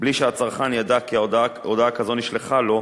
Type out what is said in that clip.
בלי שהצרכן ידע כי הודעה כזו נשלחה לו,